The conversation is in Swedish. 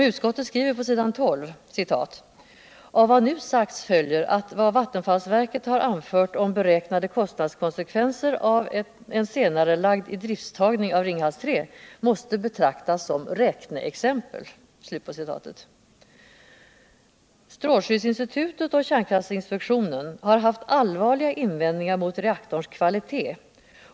Utskottet skriver: ”Av vad nu sagts följer att vad vattenfallsverket har anfört om beräknade kostnadskonsekvenser av en senarelagd idrifttagning av Ringhals 3 mäste betraktas som räkneexemel.” Strålskyddsinstitutet och kärnkraftsinspektionen har haft allvarliga invändningar mot reaktorns kvalitet.